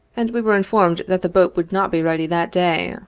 and we were informed that the boat would not be ready that day.